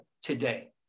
today